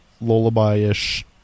lullaby-ish